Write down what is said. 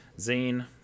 Zane